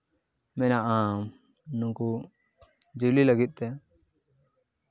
ᱢᱮᱱᱟᱜᱼᱟ ᱱᱩᱠᱩ ᱡᱤᱭᱟᱹᱞᱤ ᱞᱟᱹᱜᱤᱫ ᱛᱮ